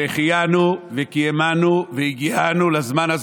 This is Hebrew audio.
שהחיינו וקיימנו והגיענו לזמן.